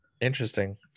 interesting